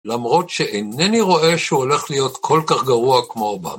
למרות שאינני רואה שהוא הולך להיות כל כך גרוע כמו אובמה.